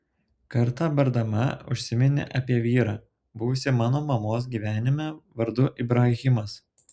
kartą bardama užsiminė apie vyrą buvusį mano mamos gyvenime vardu ibrahimas